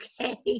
Okay